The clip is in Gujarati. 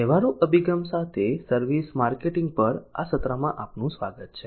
વ્યવહારુ અભિગમ સાથે સર્વિસ માર્કેટિંગ પર આ સત્રમાં આપનું સ્વાગત છે